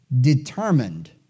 determined